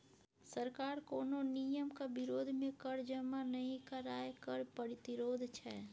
सरकार कोनो नियमक विरोध मे कर जमा नहि केनाय कर प्रतिरोध छै